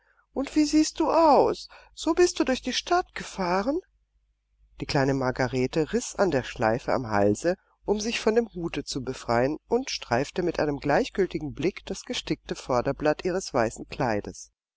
und wie siehst du aus so bist du durch die stadt gefahren die kleine margarete riß an der schleife am halse um sich von dem hute zu befreien und streifte mit einem gleichgültigen blick das gestickte vorderblatt ihres weißen kleides